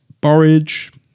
Borage